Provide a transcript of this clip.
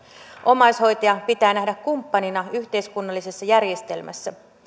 omaishoitaja pitää nähdä kumppanina yhteiskunnallisessa järjestelmässä